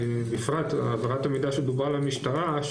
בפרט העברת המידע שדובר על המשטרה,